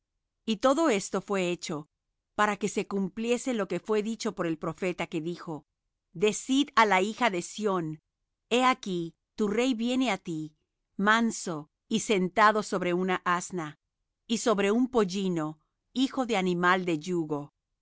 y todo esto fué hecho para que se cumpliese lo que fué dicho por el profeta que dijo decid á la hija de sión he aquí tu rey viene á ti manso y sentado sobre una asna y sobre un pollino hijo de animal de yugo